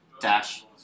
Dash